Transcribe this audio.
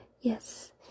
yes